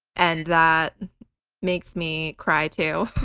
and that makes me cry too.